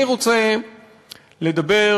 אני רוצה לדבר,